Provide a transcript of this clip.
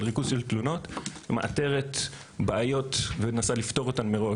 אבל ריכוז של תלונות מאתרת בעיות ומנסה לפתור אותן מראש.